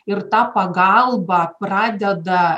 ir ta pagalba pradeda